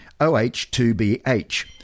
OH2BH